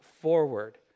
forward